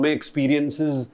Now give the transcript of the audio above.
experiences